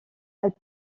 elles